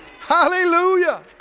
Hallelujah